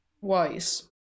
wise